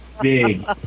big